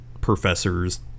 Professor's